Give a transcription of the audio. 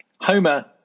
Homer